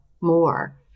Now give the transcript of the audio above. more